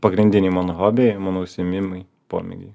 pagrindiniai mano hobiai mano užsiėmimai pomėgiai